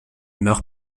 meurt